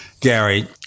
Gary